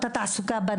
חשיבה משותפת,